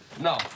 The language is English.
No